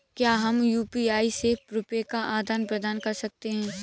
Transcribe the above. क्या हम यू.पी.आई से रुपये का आदान प्रदान कर सकते हैं?